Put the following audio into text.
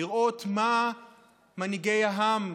לראות מה מנהיגי העם,